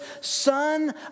son